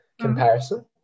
comparison